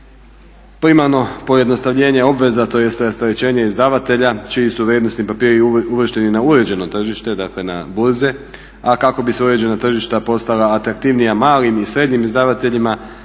Primarno pojednostavljenje obveza tj. rasterećenje izdavatelja čiji su vrijednosni papiri uvršteni na uređeno tržište, dakle na burze, a kako bi uređena tržišta postala atraktivnija malim i srednjim izdavateljima